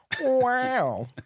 Wow